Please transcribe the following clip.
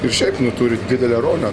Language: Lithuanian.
ir šiaip nu turi didelę rolę